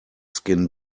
skin